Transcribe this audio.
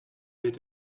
weht